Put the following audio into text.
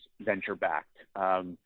venture-backed